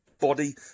body